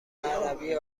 عربی